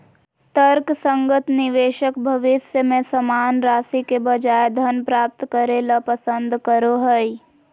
तर्कसंगत निवेशक भविष्य में समान राशि के बजाय धन प्राप्त करे ल पसंद करो हइ